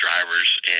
drivers